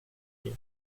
des